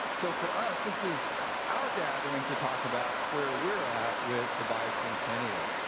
so for us, this is our gathering to talk about where we're at with the bicentennial.